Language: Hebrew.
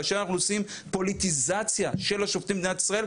כאשר אנחנו עושים פוליטיזציה של השופטים במדינת ישראל,